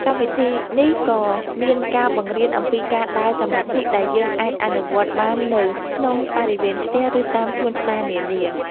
កម្មវិធីនេះក៏មានការបង្រៀនអំពីការដើរសមាធិដែលយើងអាចអនុវត្តបាននៅក្នុងបរិវេណផ្ទះ ឬ តាមសួនច្បារនានា។